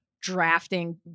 drafting